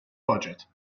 budget